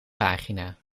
pagina